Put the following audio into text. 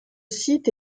site